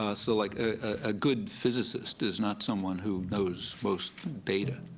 ah so like a good physicist is not someone who knows most data.